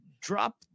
drop